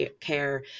care